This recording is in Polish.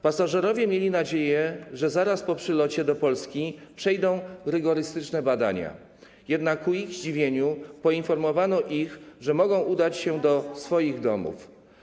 Pasażerowie mieli nadzieję, że zaraz po przylocie do Polski przejdą rygorystyczne badania, jednak ku ich zdziwieniu poinformowano ich, że mogą udać się do swoich domów.